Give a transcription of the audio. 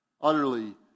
utterly